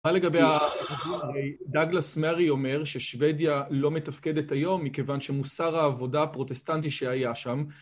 מה לגבי, דגלס מרי אומר ששוודיה לא מתפקדת היום מכיוון שמוסר העבודה הפרוטסטנטי שהיה שם